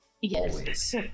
Yes